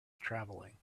travelling